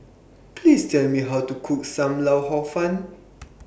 Please Tell Me How to Cook SAM Lau Hor Fun